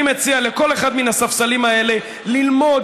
אני מציע לכל אחד מן הספסלים האלה ללמוד